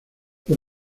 por